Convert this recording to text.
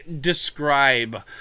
describe